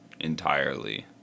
entirely